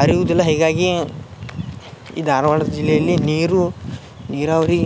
ಹರಿಯುವುದಿಲ್ಲ ಹೀಗಾಗಿ ಈ ಧಾರ್ವಾಡ ಜಿಲ್ಲೆಯಲ್ಲಿ ನೀರು ನೀರಾವರಿ